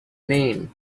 name